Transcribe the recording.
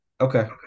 Okay